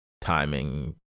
timing